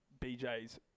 BJ's